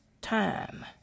time